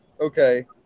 Okay